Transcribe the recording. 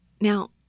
now